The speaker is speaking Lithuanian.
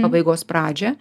pabaigos pradžią